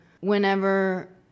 whenever